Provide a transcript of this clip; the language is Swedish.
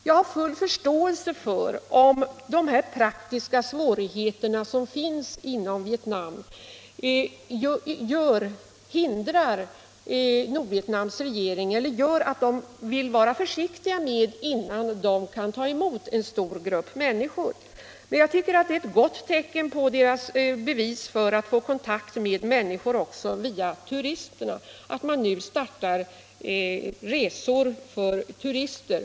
Jag har full förståelse för om de praktiska svårigheterna i Hanoi gör att den nordvietnamesiska regeringen vill vara försiktig med att ta emot stora grupper människor. Men jag tycker att det är ett gott bevis för deras vilja att få kontakter med människor också via turisterna, att man nu startar resor för turister.